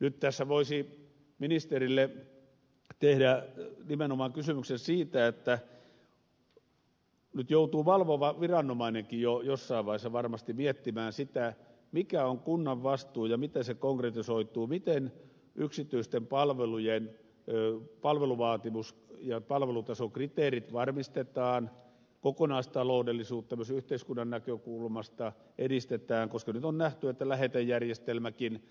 nyt tässä voisi ministerille tehdä nimenomaan kysymyksen siitä että nyt joutuu valvova viranomainenkin jossain vaiheessa varmasti miettimään sitä mikä on kunnan vastuu ja miten se konkretisoituu miten yksityisten palveluvaatimus ja palvelutasokriteerit varmistetaan kokonaistaloudellisuutta myös yhteiskunnan näkökulmasta edistetään koska nyt on nähty että lähetejärjestelmäkin